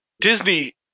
Disney